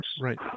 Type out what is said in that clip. Right